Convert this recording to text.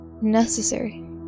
necessary